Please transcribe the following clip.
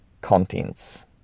contents